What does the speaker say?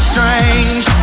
Strange